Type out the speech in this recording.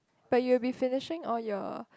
but you will be finishing all your